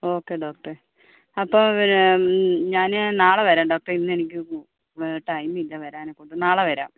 okay ഡോക്ടറെ അപ്പോൾ പിന്നെ ഞാന് നാളെ വരാം ഡോക്ടറേ ഇന്നെനിക്ക് ടൈമില്ല വരാന് നാളെ വരാം